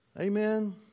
Amen